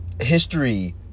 history